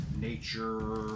nature